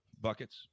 Buckets